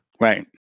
Right